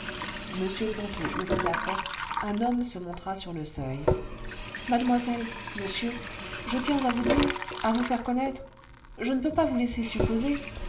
m ponto ouvrit la porte un homme se montra sur le seuil ce mademoiselle monsieur je tiens à vous dire à vous faire connaître je ne veux pas vous laisser supposer